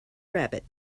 rabbit